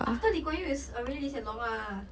after lee kuan yew is already lee hsien long ah